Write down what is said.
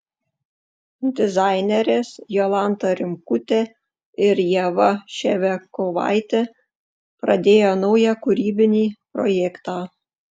dizainerės jolanta rimkutė ir ieva ševiakovaitė pradėjo naują kūrybinį projektą